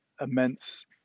immense